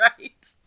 right